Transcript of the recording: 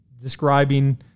describing